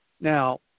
Now